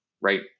Right